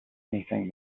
anything